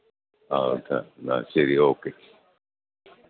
ആ ഓക്കെ എന്നാൽ ശരി ഓക്കെ